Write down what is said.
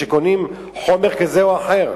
שקונים חומר כזה או אחר.